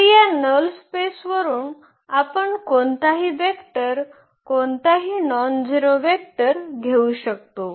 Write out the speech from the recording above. तर या null space वरून आपण कोणताही वेक्टर कोणताही नॉनझेरो वेक्टर घेऊ शकतो